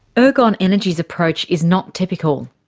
ergon energy's approach is not typical.